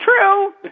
true